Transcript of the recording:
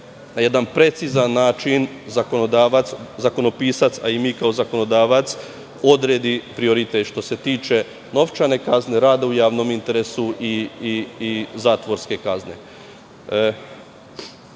na jedan precizan način zakonopisac, a i mi kao zakonodavac, odredi prioritet što se tiče novčane kazne, rada u javnom interesu i zatvorske kazne. Što